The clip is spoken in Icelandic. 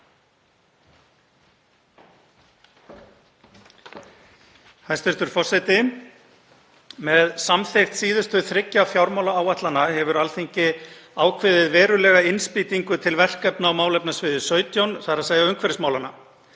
Hæstv. forseti. Með samþykkt síðustu þriggja fjármálaáætlana hefur Alþingi ákveðið verulega innspýtingu til verkefna á málefnasviði 17, þ.e. umhverfismálanna.